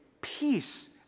peace